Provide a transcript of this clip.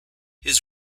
his